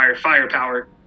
firepower